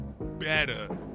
better